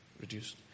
reduced